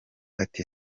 ati